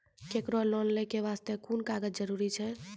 केकरो लोन लै के बास्ते कुन कागज जरूरी छै?